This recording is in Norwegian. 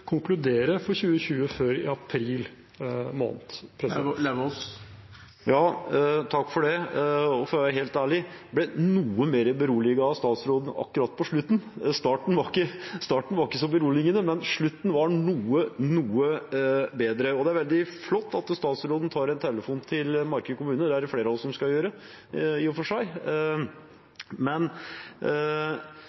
konkludere for 2020 før i april måned. For å være helt ærlig: Jeg ble noe mer beroliget av statsråden akkurat på slutten. Starten var ikke så beroligende, men slutten var noe bedre. Det er veldig flott at statsråden tar en telefon til Marker kommune. Det er det flere av oss som skal gjøre. Det er skjønnsmidler som kommer, og det er for